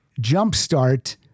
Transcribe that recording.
jumpstart